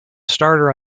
starter